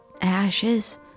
ashes